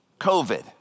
COVID